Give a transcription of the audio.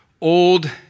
old